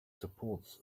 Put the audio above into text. supports